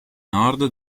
nord